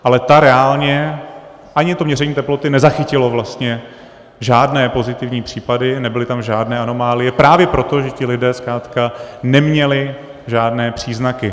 Ale ta reálně, ani to měření teploty nezachytilo vlastně žádné pozitivní případy, nebyly tam žádné anomálie právě proto, že ti lidé zkrátka neměli žádné příznaky.